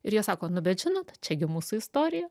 ir jie sako nu bet žinot čiagi mūsų istorija